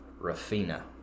Rafina